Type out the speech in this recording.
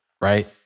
right